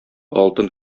алтын